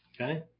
Okay